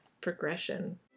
progression